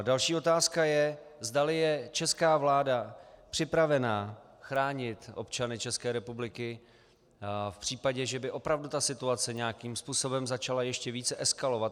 Další otázka je, zdali je česká vláda připravena chránit občany České republiky v případě, že by opravdu ta situace nějakým způsobem začala ještě více eskalovat.